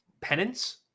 penance